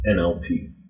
NLP